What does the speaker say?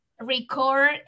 record